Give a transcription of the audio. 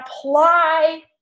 apply